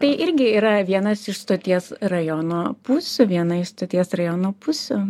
tai irgi yra vienas iš stoties rajono pusių viena iš stoties rajono pusių